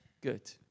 Good